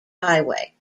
highway